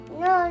no